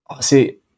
See